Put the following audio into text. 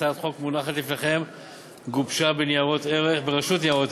הצעת החוק המונחת לפניכם גובשה ברשות לניירות